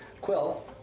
Quill